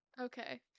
Okay